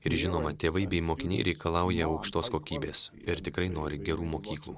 ir žinoma tėvai bei mokiniai reikalauja aukštos kokybės ir tikrai nori gerų mokyklų